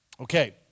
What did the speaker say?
Okay